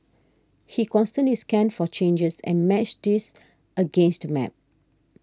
he constantly scanned for changes and matched these against map